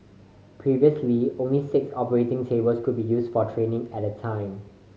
previously only six operating tables could be used for training at a time